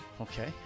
Okay